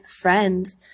friends